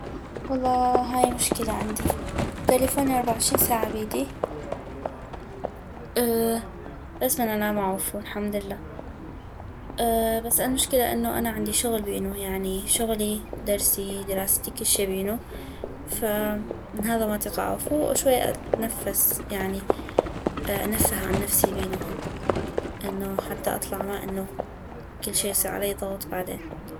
والله هاي مشكلة عندي تلفوني اربعة وعشين ساعة بيدي بس من انام اعوفو الحمدلله بس المشكلة انو انا عندي شغل بينو يعني شغلي درسي دراستي كشي بينو فمن هذا ما اطيق اعوفو وشوية اتنفس يعني انفه عن نفسي بينو هم انو حتى اطلع ما انو كلشي يصيغ علي ضغط بعدين